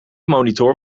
monitor